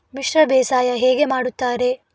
ಮಿಶ್ರ ಬೇಸಾಯ ಹೇಗೆ ಮಾಡುತ್ತಾರೆ?